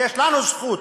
ויש לנו זכות,